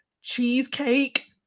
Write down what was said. cheesecake